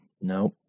Nope